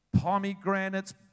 Pomegranates